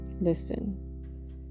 Listen